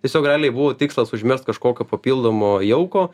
tiesiog realiai buvo tikslas užmest kažkokio papildomo jauko